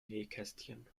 nähkästchen